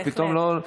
בהחלט.